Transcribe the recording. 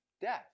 death